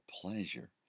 pleasure